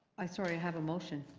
i sort of have a motion.